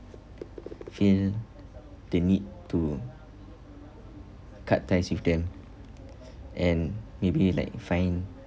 feel the need to cut ties with them and maybe like find